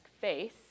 face